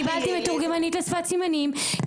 קיבלתי מתורגמנית לשפת סימנים,